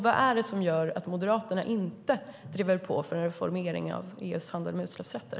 Vad är det som gör att Moderaterna inte driver på reformering av EU:s handel med utsläppsrätter?